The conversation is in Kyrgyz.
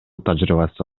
тажрыйбасы